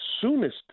soonest